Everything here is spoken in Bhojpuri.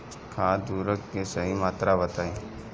खाद उर्वरक के सही मात्रा बताई?